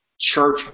church